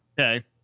Okay